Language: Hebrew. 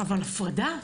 אבל הפרדה.